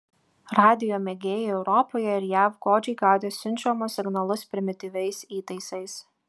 radijo mėgėjai europoje ir jav godžiai gaudė siunčiamus signalus primityviais įtaisais